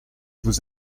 vous